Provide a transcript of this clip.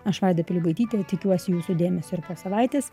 aš vaida pilibaitytė tikiuos jūsų dėmesio ir po savaitės